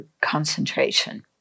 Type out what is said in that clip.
concentration